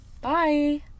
Bye